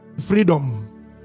freedom